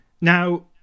Now